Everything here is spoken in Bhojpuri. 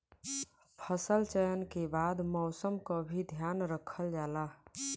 फसल चयन के बाद मौसम क भी ध्यान रखल जाला